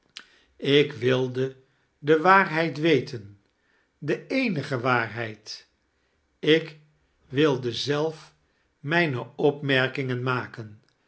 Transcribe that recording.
ik wilde de waarchaeles dickens held weten de eenige waarheid ik wilde zelf mijne opmerkingen maken